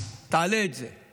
תעלה את זה.